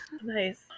nice